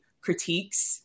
critiques